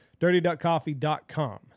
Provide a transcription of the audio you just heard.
DirtyDuckCoffee.com